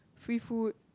free food